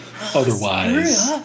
otherwise